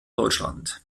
deutschland